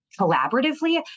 collaboratively